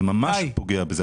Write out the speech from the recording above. זה ממש פוגע.